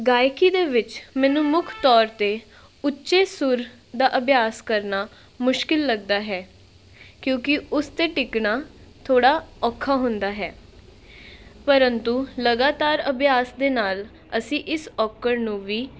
ਗਾਇਕੀ ਦੇ ਵਿੱਚ ਮੈਨੂੰ ਮੁੱਖ ਤੌਰ 'ਤੇ ਉੱਚੇ ਸੁਰ ਦਾ ਅਭਿਆਸ ਕਰਨਾ ਮੁਸ਼ਕਲ ਲੱਗਦਾ ਹੈ ਕਿਉਂਕਿ ਉਸ 'ਤੇ ਟਿਕਣਾ ਥੋੜ੍ਹਾ ਔਖਾ ਹੁੰਦਾ ਹੈ ਪ੍ਰੰਤੂ ਲਗਾਤਾਰ ਅਭਿਆਸ ਦੇ ਨਾਲ ਅਸੀਂ ਇਸ ਔਕੜ ਨੂੰ ਵੀ